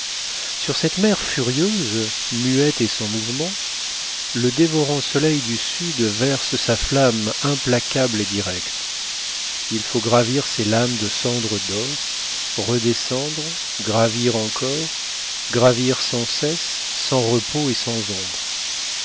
sur cette mer furieuse muette et sans mouvement le dévorant soleil du sud verse sa flamme implacable et directe il faut gravir ces lames de cendre d'or redescendre gravir encore gravir sans cesse sans repos et sans ombre